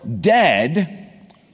dead